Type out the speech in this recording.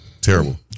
Terrible